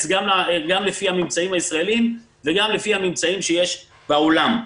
גם לפי הממצאים הישראליים וגם לפי הממצאים שיש בעולם.